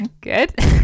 good